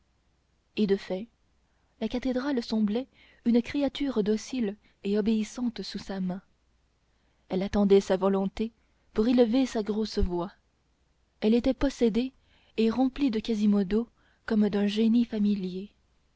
et de fait la cathédrale semblait une créature docile et obéissante sous sa main elle attendait sa volonté pour élever sa grosse voix elle était possédée et remplie de quasimodo comme d'un génie familier